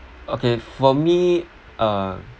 okay for me uh